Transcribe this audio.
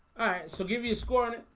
so give you scorn.